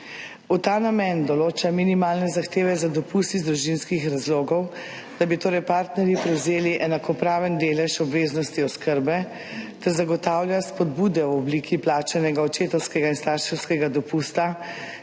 V ta namen določa minimalne zahteve za dopust iz družinskih razlogov, da bi torej partnerji prevzeli enakopraven delež obveznosti oskrbe, ter zagotavlja spodbude v obliki plačanega očetovskega in starševskega dopusta,